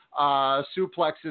suplexes